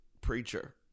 preacher